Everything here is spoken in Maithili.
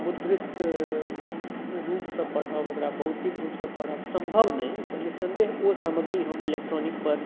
मुद्रित रूपसँ पढ़ब ओकरा भौतिक रूपसँ पढ़ब सम्भव नहि तऽ निःसन्देह ओ सामग्री हम इलेक्ट्रॉनिक पर